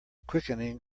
quickening